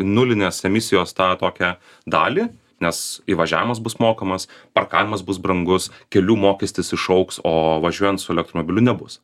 nulinės emisijos tą tokią dalį nes įvažiamas bus mokamas parkavimas bus brangus kelių mokestis išaugs o važiuojant su elektromobiliu nebus